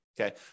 okay